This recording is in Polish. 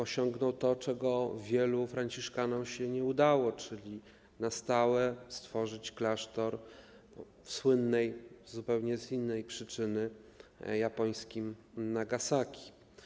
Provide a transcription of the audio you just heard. Osiągnął to, co wielu franciszkanom się nie udało, czyli na stałe stworzył klasztor w słynnym z zupełnie innej przyczyny japońskim Nagasaki.